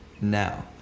now